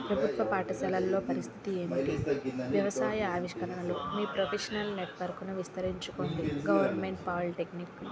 ప్రభుత్వ పాఠశాలల్లో పరిస్థితి ఏమిటి వ్యవసాయ ఆవిష్కరణలు మీ ప్రొఫెషనల్ నెట్వర్క్ను విస్తరించుకోండి గవర్నమెంట్ పాలిటెక్నిక్